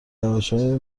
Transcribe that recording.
روشهای